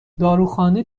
داروخانه